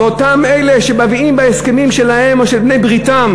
ואותם אלה שמביאים בהסכמים שלהם או של בעלי בריתם